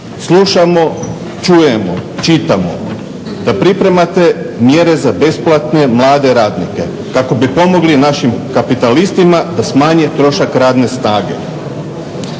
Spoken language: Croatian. Slušamo, čujemo, čitamo da pripremate mjere za besplatne mlade radnike kako bi pomogli našim kapitalistima da smanje trošak radne snage.